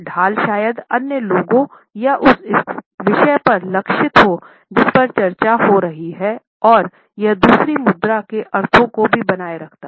ढाल शायद अन्य लोगों या उस विषय पर लक्षित हो जिस पर चर्चा हो रही हैं और यह दूसरी मुद्रा के अर्थों को भी बनाए रखता है